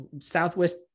Southwest